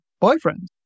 boyfriend